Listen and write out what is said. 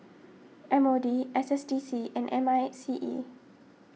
M O D S S D C and M I C E